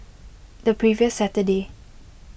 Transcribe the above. the previous saturday